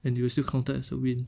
and you will still counted as a win